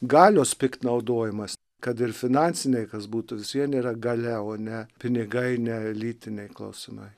galios piktnaudojimas kad ir finansiniai kas būtų vis vien yra galia o ne pinigai ne lytiniai klausimai